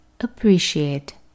appreciate